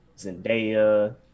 Zendaya